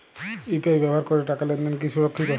UPI ব্যবহার করে টাকা লেনদেন কি সুরক্ষিত?